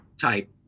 type